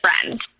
friend